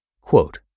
Quote